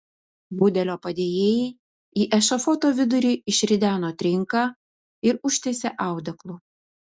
budelio padėjėjai į ešafoto vidurį išrideno trinką ir užtiesė audeklu